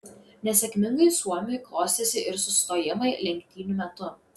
nesėkmingai suomiui klostėsi ir sustojimai lenktynių metu